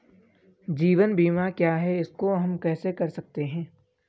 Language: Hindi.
जीवन बीमा क्या है इसको हम कैसे कर सकते हैं?